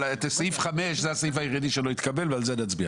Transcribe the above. אבל הסתייגות מספר 5 היא היחידה שלא התקבלה ועל זה נצביע.